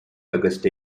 auguste